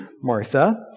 Martha